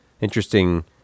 Interesting